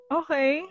okay